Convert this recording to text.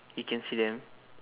you can see them